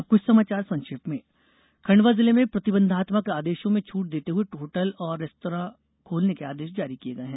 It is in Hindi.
अब क्छ समाचार संक्षेप में खंडवा जिले में प्रतिबंधात्मक आदेशों में छूट देते हुए होटल और रेस्तरा खोलने के आदेश जारी किये गये हैं